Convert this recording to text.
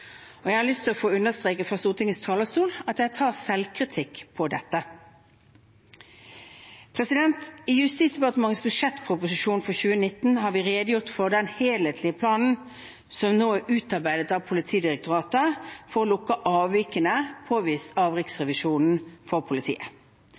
Stortinget. Jeg har lyst til å understreke fra Stortingets talerstol at jeg tar selvkritikk på dette. I Justisdepartementets budsjettproposisjon for 2019 har vi redegjort for den helhetlige planen som nå er utarbeidet av Politidirektoratet for å lukke avvikene påvist av